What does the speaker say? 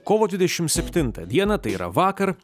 kovo dvidešimt septintą dieną tai yra vakar